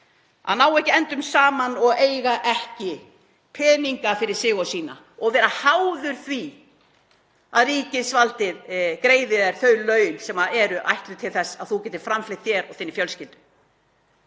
að ná ekki endum saman og eiga ekki peninga fyrir sig og sína og vera háður því að ríkisvaldið greiði þér þau laun sem eru ætluð til þess að þú geti framfleytt þér og þinni fjölskyldu.